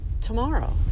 tomorrow